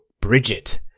Bridget